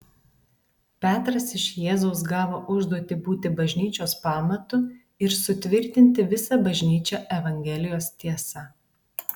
petras iš jėzaus gavo užduotį būti bažnyčios pamatu ir sutvirtinti visą bažnyčią evangelijos tiesa